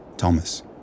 Thomas